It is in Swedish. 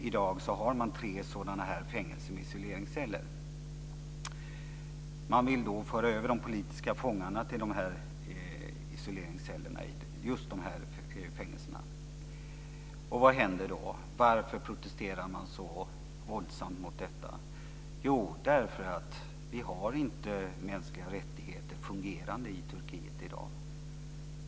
I dag har man tre sådana fängelser med isoleringsceller. Man vill föra över de politiska fångarna till de här isoleringscellerna på just de här fängelserna. Vad händer då? Varför protesterar man så våldsamt mot detta? Jo, därför att det inte finns fungerande mänskliga rättigheter i Turkiet i dag.